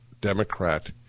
Democrat